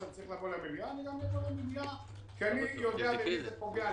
שאני צריך לבוא למליאה אני גם אבוא למליאה כי אני יודע במי זה פוגע,